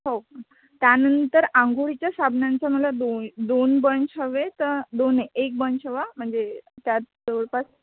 हो त्यानंतर आंघोळीच्या साबणांचा मला दोन दोन बंच हवे तर दोन एक बंच हवा म्हणजे त्यात जवळपास